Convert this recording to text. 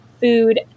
food